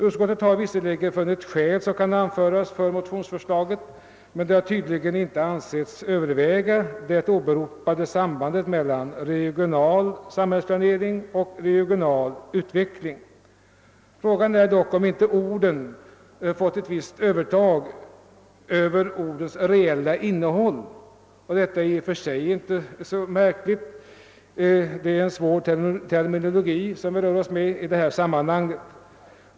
Utskottet har visserligen funnit att skäl kan anföras för motionsförslaget, men dessa har tydligen inte ansetts väga tyngre än det åberopade sambandet mellan den »regionala samhällsplaneringen» och »regional utveckling«. Frågan är dock om inte ordvalet i detta sammanhang medfört att ordens reella innehåll undanskymts — och det är i och för sig naturligt med den svåra terminologi som det gäller.